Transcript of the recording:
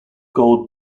gold